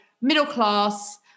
middle-class